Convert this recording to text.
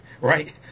right